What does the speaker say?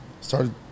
started